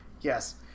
Yes